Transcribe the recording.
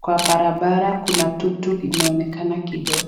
kwa barabara kuna tuktuk imeonekana kidogo.